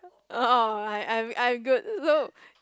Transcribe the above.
I'm I'm I'm good so